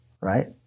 right